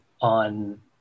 on